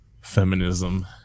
feminism